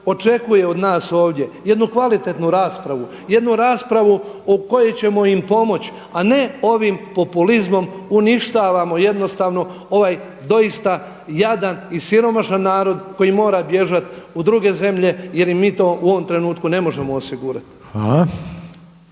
očekuje od nas ovdje jednu kvalitetnu raspravu, jednu raspravu u kojoj ćemo im pomoći a ne ovim populizmom uništavamo jednostavno ovaj doista jadan i siromašan narod koji mora bježati u druge zemlje jer im mi to u ovom trenutku ne možemo osigurati.